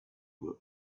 were